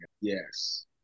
Yes